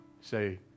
say